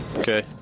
Okay